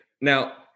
now